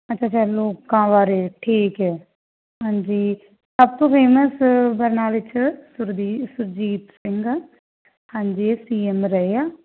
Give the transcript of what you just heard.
ਅੱਛਾ ਅੱਛਾ ਲੋਕਾਂ ਬਾਰੇ ਠੀਕ ਹੈ ਹਾਂਜੀ ਸਭ ਤੋਂ ਫੇਮਸ ਬਰਨਾਲੇ 'ਚ ਸੁਰਜੀ ਸੁਰਜੀਤ ਸਿੰਘ ਹਾਂਜੀ ਇਹ ਸੀ ਐਮ ਰਹੇ ਆ